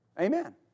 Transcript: Amen